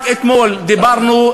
רק אתמול דיברנו,